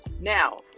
Now